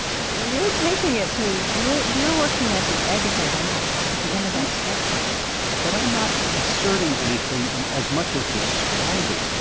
you're taking it to you're you're working at the edges of that, at the end of that spectrum but i'm not asserting anything as much as describing.